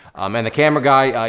um and the camera guy,